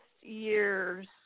years